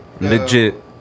legit